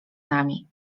nami